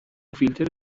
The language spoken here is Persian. فیلتر